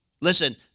Listen